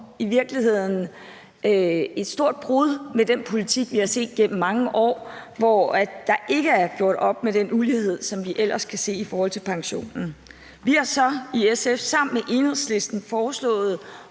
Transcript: et meget, meget stort brud med den politik, vi har set igennem mange år, hvor der ikke blev gjort op med den ulighed, som vi ellers kan se i forhold til pensionen. Vi har så i SF sammen med Enhedslisten foreslået